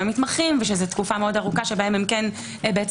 המתמחים ושזה תקופה מאוד ארוכה שבהם הם מטפלים.